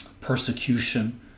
persecution